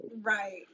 right